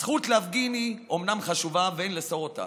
הזכות להפגין היא אומנם חשובה ואין לאסור אותה,